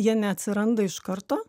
jie neatsiranda iš karto